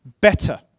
Better